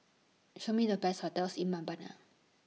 Show Me The Best hotels in Mbabana